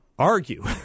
Argue